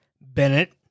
Bennett